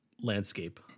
landscape